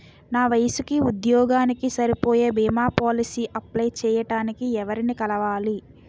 నా వయసుకి, ఉద్యోగానికి సరిపోయే భీమా పోలసీ అప్లయ్ చేయటానికి ఎవరిని కలవాలి?